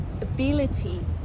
ability